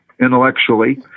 intellectually